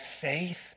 faith